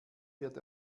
wird